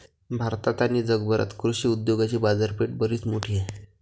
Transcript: भारतात आणि जगभरात कृषी उद्योगाची बाजारपेठ बरीच मोठी आहे